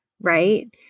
right